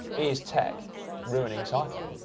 is tech ruining cycling?